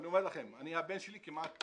אני אומר לכם, הבן שלי כמעט